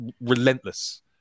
relentless